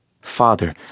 Father